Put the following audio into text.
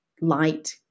light